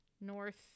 North